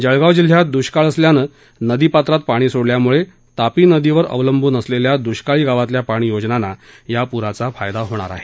जळगाव जिल्ह्यात दुष्काळ असल्यानं नदीपात्रात पाणी सोडल्याने तापी नदीवर अवलंबून असलेल्या दुष्काळी गावांतील पाणीयोजनांना या पुराचा फायदा होणार आहे